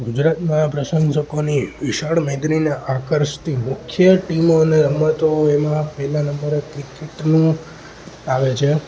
ગુજરાતમાં પ્રશંસકોની વિશાળ મૈત્રીને આકર્ષતી મુખ્ય ટીમો અને રમતો એમાં પહેલાં નંબરે ક્રિકેટનું આવે છે